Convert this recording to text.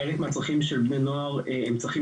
חלק מהצרכים של בני נוער בם צרכים